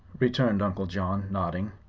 returned uncle john, nodding.